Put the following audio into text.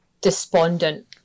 despondent